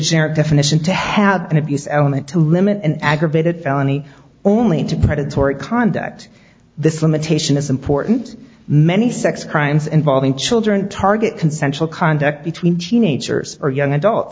generic definition to have an abuse element to limit and aggravated felony only to predatory conduct this limitation is important many sex crimes involving children target consensual contact between teenagers or young adult